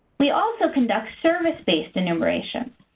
we also conduct service based enumerations.